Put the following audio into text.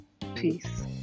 peace